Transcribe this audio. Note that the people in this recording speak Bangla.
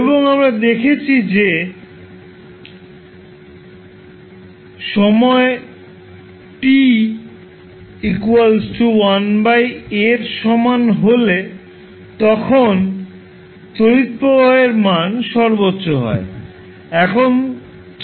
এবং আমরা দেখেছি যে সময়ে t 1 α এর সমান হয় তখন তড়িৎ প্রবাহের মান সর্বোচ্চ হবে